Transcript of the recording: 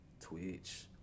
Twitch